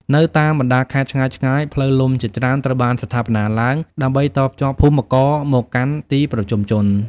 នៅតាមបណ្តាខេត្តឆ្ងាយៗ ផ្លូវលំជាច្រើនត្រូវបានស្ថាបនាឡើងដើម្បីតភ្ជាប់ភូមិករមកកាន់ទីប្រជុំជន។